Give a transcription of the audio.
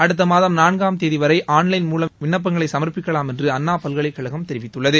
அடுத்த மாதம் நான்காம் தேதி வரை ஆன்லைன் மூவம் விண்ணப்பங்களை சமா்ப்பிக்கலாம் என்று அண்ணா பல்லைக்கழகம் தெரிவித்துள்ளது